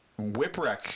Whipwreck